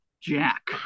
Jack